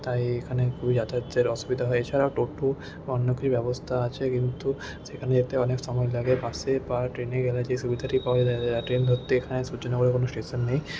তাই এখানে খুবই যাতায়াতের অসুবিধা হয় এছাড়াও টোটো অন্য কী ব্যবস্থা আছে কিন্তু সেখানে যেতে অনেক সময় লাগে বাসে বা ট্রেনে গেলে যে সুবিধাটি পাওয়া যায় ট্রেন ধরতে এখানে সূর্যনগরে কোনো স্টেশন নেই